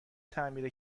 تعمیر